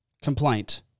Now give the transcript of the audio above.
Complaint